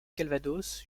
calvados